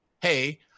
hey